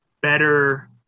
better